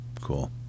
Cool